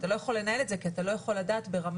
אתה לא יכול לנהל את זה כי אתה לא יכול לדעת ברמה,